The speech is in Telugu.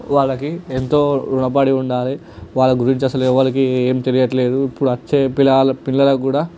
వాళ్ళకి ఎంతో రుణపడి ఉండాలి వాళ్ళ గురించి అసలు ఎవలికి ఏం తెలియట్లేదు ఇప్పుడు అచే పిల్లగా పిల్లలకు కూడా